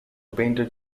painted